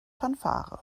fanfare